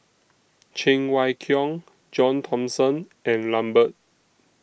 Cheng Wai Keung John Thomson and Lambert